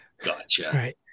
Gotcha